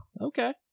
okay